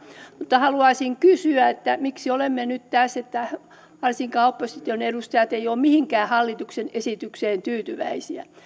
mutta haluaisin kysyä miksi olemme nyt tässä että varsinkaan opposition edustajat eivät ole mihinkään hallituksen esitykseen tyytyväisiä